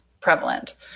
prevalent